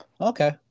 Okay